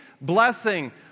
blessing